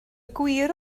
gwir